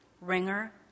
ringer